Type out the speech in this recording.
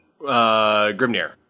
Grimnir